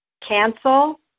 Cancel